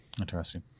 Interesting